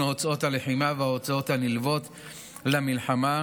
הוצאות הלחימה וההוצאות הנלוות למלחמה,